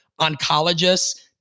Oncologists